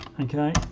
Okay